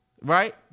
right